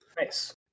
Nice